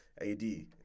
AD